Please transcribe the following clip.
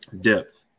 depth